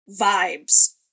vibes